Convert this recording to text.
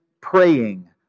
praying